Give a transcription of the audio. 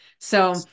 So-